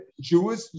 Jewish